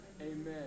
Amen